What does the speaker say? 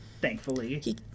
thankfully